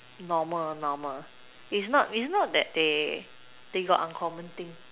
normal normal is not is not that they they got uncommon thing